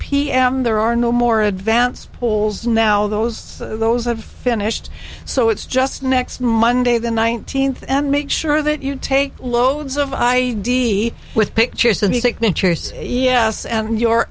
pm there are no more advanced polls now those those have finished so it's just next monday the nineteenth and make sure that you take loads of i d with pictures of the signatures yes and your